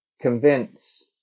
convince